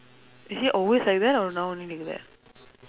is she always like that or now only like that